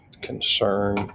concern